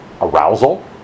Arousal